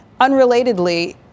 Unrelatedly